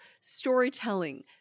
storytelling